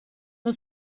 uno